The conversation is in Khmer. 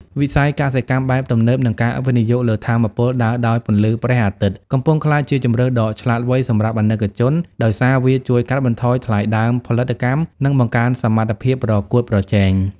វិស័យ កសិកម្មបែបទំនើប និងការវិនិយោគលើ ថាមពលដើរដោយពន្លឺព្រះអាទិត្យ កំពុងក្លាយជាជម្រើសដ៏ឆ្លាតវៃសម្រាប់អាណិកជន ដោយសារវាជួយកាត់បន្ថយថ្លៃដើមផលិតកម្ម និងបង្កើនសមត្ថភាពប្រកួតប្រជែង។